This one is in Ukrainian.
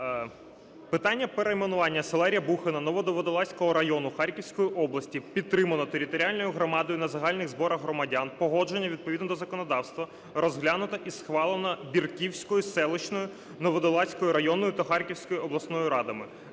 Питання перейменування села Рябухине Нововодолазького району Харківської області підтримане територіальною громадою на загальних зборах громадян, погоджено відповідно до законодавства, розглянуто і схвалено Бірківською селищною, Нововодолазькою районною та Харківською обласною радами.